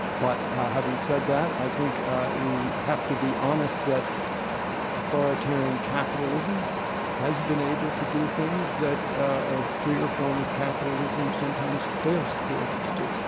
but having said that, equal think we have to be honest that authoritarian capitalism has been able to do things that a freer form of capitalism sometimes fails to be able to do.